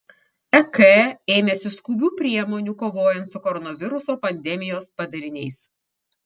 ek ėmėsi skubių priemonių kovojant su koronaviruso pandemijos padariniais